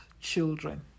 children